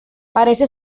parece